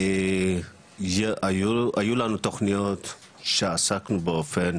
היו לנו תוכניות שעסקנו באופן